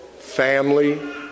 family